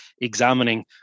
examining